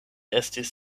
estis